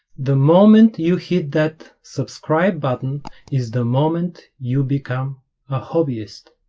the moment you hit that subscribe button is the moment you become a hobbyist